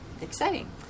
Exciting